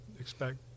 expect